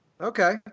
okay